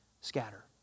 scatter